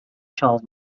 charles